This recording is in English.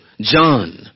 John